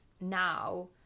now